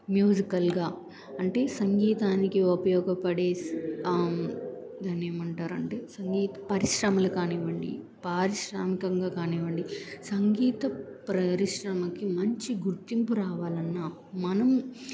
మ్యూజికల్గా అంటే సంగీతానికి ఉపయోగపడే దాని ఏమంటారంటే సంగీత పరిశ్రమలు కానివ్వండి పారిశ్రామికంగా కానివ్వండి సంగీత పరిశ్రమకి మంచి గుర్తింపు రావాలన్నా మనం